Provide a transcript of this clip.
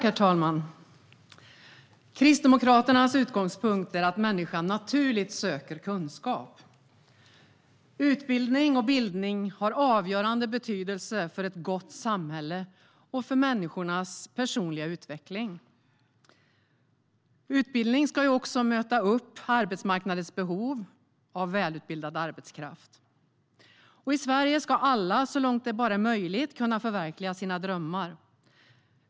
Herr talman! Kristdemokraternas utgångspunkt är att människan naturligt söker kunskap. Utbildning och bildning har avgörande betydelse för ett gott samhälle och för människors personliga utveckling. Utbildning ska också möta arbetsmarknadens behov av välutbildad arbetskraft. I Sverige ska alla kunna förverkliga sina drömmar så långt det bara är möjligt.